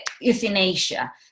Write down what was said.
euthanasia